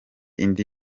indi